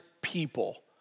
people